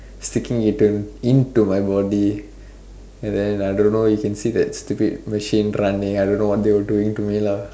sticking into into my body and then I don't know you can see the stupid machine running I don't know what they were doing to me lah